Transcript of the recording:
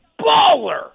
Baller